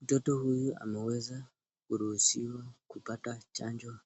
Mtoto huyu ameweza kuruhusiwa kupata chanjo